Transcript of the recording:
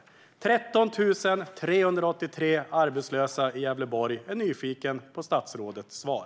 De 13 383 arbetslösa i Gävleborgs län är nyfikna på statsrådets svar.